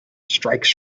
strikes